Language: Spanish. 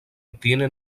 tienen